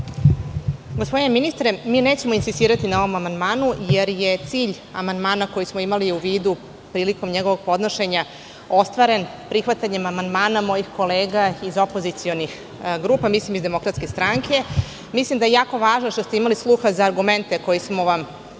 Gospodine ministre, mi nećemo insistirati na ovom amandmanu jer je cilj amandmana koji smo imali u vidu prilikom njegovog podnošenja ostvaren prihvatanjem amandmana mojih kolega iz opozicionih grupa, mislim iz DS.Mislim da je jako važno što ste imali sluha za argumente koje smo vam iznosili,